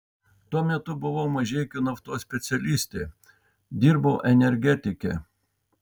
tuo metu buvau mažeikių naftos specialistė dirbau energetike